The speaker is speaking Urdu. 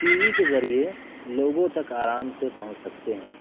ٹی وی کے ذریعے لوگوں تک آرام سے پہنچ سکتے ہیں